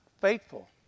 faithful